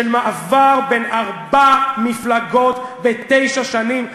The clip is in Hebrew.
של מעבר בין ארבע מפלגות בתשע שנים.